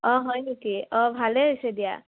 অঁ হয় নেকি অঁ ভালেই হৈছে দিয়া